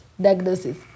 diagnosis